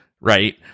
right